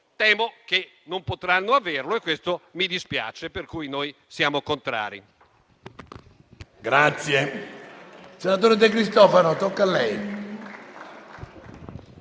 Temo che non potranno averlo e questo mi dispiace, per cui noi siamo contrari.